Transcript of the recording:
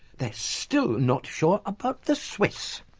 they're still not sure about the swiss.